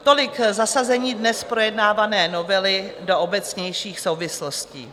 Tolik k zasazení dnes projednávané novely do obecnějších souvislostí.